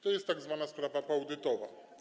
To jest tzw. sprawa poaudytowa.